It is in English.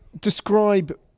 describe